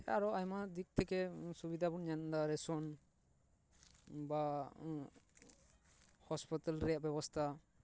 ᱥᱮ ᱟᱨᱚ ᱟᱭᱢᱟ ᱫᱤᱠ ᱛᱷᱮᱠᱮ ᱥᱩᱵᱤᱫᱟ ᱵᱚᱱ ᱧᱟᱢ ᱮᱫᱟ ᱨᱮᱥᱚᱱ ᱵᱟ ᱦᱟᱥᱯᱟᱛᱟᱞ ᱨᱮᱭᱟᱜ ᱵᱮᱵᱚᱥᱛᱷᱟ